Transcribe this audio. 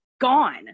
gone